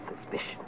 suspicion